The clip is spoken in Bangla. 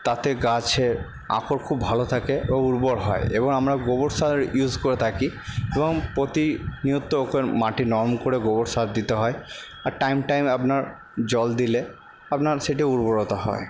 তাতে গাছের আকর খুব ভালো থাকে এবং উর্বর হয় এবং আমরা গোবর সার ইউস করে থাকি এবং প্রতিনিয়ত মাটির নরম করে গোবর সার দিতে হয় আর টাইম টাইম আপনার জল দিলে আপনার সেটা উর্বরতা হয়